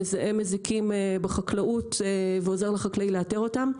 מזהה מזיקים בחקלאות ועוזר לחקלאי לאתר אותם.